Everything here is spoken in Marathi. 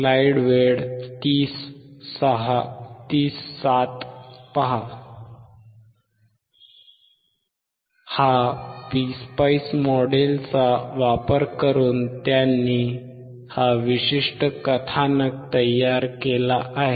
या पीएसस्पाईस मॉडेलचा वापर करून त्यांनी सहाय्यकने हा विशिष्ट कथानक तयार केला आहे